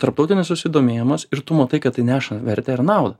tarptautinis susidomėjimas ir tu matai kad tai neša vertę ir naudą